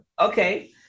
okay